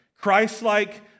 Christ-like